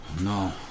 No